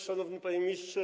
Szanowny Panie Ministrze!